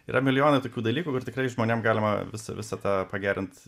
yra milijonai tokių dalykų ir tikrai žmonėm galima visą visą tą pagerint